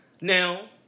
Now